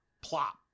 plop